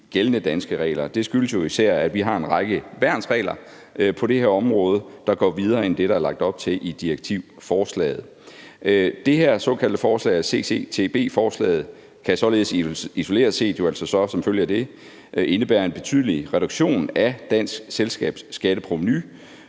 gældende danske regler. Det skyldes jo især, at vi har en række værnsregler på det her område, der går videre end det, der er lagt op til i direktivforslaget. Det her såkaldte forslag, CCCTB-forslaget, kan således isoleret set jo altså som følge af det indebære en betydelig reduktion af dansk selskabsskatteprovenu,